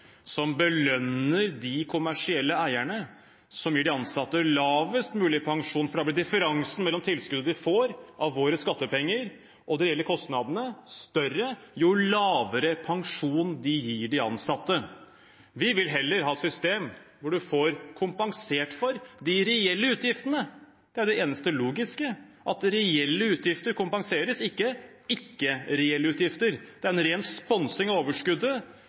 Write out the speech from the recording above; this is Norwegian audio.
som belønner de kommersielle eierne som gir de ansatte lavest mulig pensjon, for da blir differansen mellom tilskuddet de får av våre skattepenger, og de reelle kostnadene større jo lavere pensjon de gir de ansatte. Vi vil heller ha et system hvor man får kompensert for de reelle utgiftene. Det er det eneste logiske, at reelle utgifter kompenseres og ikke ikke-reelle utgifter. Det er en ren sponsing av overskuddet